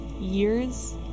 years